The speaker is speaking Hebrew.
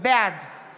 בעד אופיר